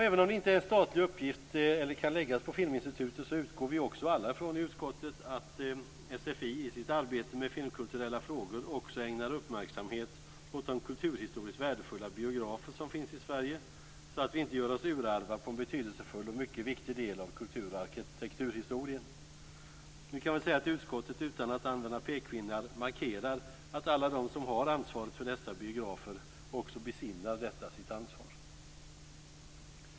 Även om det inte är en statligt uppgift, eller kan läggas på Filminstitutet, utgår vi alla i utskottet från att SFI i sitt arbete med filmkulturella frågor också ägnar uppmärksamhet åt de kulturhistoriskt värdefulla biografer som finns i Sverige så att vi inte gör oss urarva på en betydelsefull och mycket viktig del av kulturhistorien. Vi kan väl säga att utskottet utan att använda pekpinnar markerar att alla de som har ansvaret för dessa biografer också besinnar detta sitt ansvar.